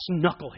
knucklehead